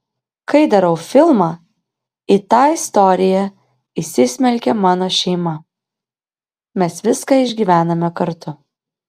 kai darau filmą į tą istoriją įsismelkia mano šeima mes viską išgyvename kartu